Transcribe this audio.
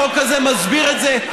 החוק הזה מסביר את זה,